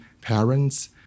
parents